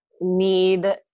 need